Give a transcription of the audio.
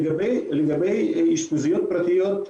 לגבי אשפוזיות פרטיות,